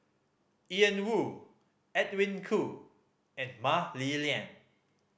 Ian Woo Edwin Koo and Mah Li Lian